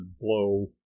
blow